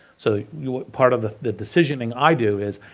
so part of the the decisioning i do is,